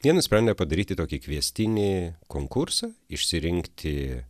jie nusprendė padaryti tokį kviestinį konkursą išsirinkti